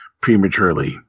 prematurely